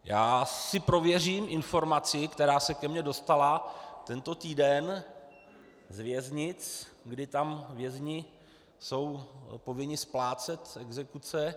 Já si prověřím informaci, která se ke mně dostala tento týden z věznic, kdy tam vězni jsou povinni splácet exekuce.